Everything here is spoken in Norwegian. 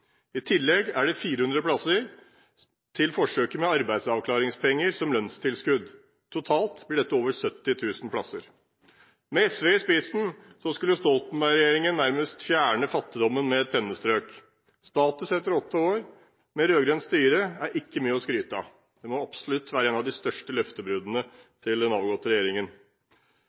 I tillegg er det 400 plasser til forsøket med arbeidsavklaringspenger som lønnstilskudd. Totalt blir dette over 70 000 plasser. Med SV i spissen skulle Stoltenberg-regjeringen fjerne fattigdommen nærmest med et pennestrøk. Status etter åtte år med rød-grønt styre er ikke mye å skryte av. Det må absolutt være et av de største løftebruddene til den avgåtte regjeringen.